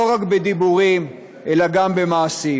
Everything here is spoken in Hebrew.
לא רק בדיבורים אלא גם במעשים,